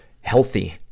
healthy